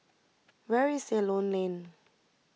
where is Ceylon Lane